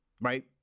right